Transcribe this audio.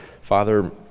Father